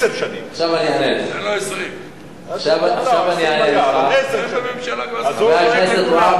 אני אענה לך, חבר הכנסת והבה.